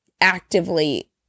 actively